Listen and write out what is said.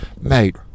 Mate